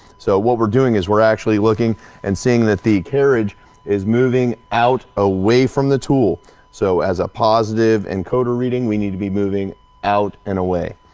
so what we're doing is, we're actually looking and seeing that the carriage is moving out away from the tool so as a positive and coda reading we need to be moving out and away.